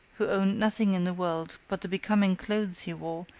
who owned nothing in the world but the becoming clothes he wore,